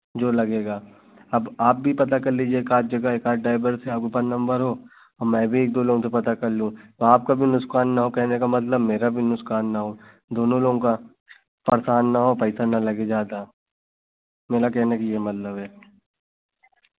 जो लगेगा अब आप भी पता कर लीजिए एकाध जगह एकाध ड्राइवर से आपके पास नम्बर हो मैं भी एक दो लोगों से पता कर लूँ तो आपका भी नुसकान न हो कहने का मतलब मेरा भी नुकसान न हो दोनों लोगों का परेशान न हो पैसा न लगे ज़्यादा मेरे कहने का यह मतलब है